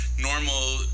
normal